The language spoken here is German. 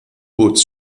boots